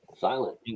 silent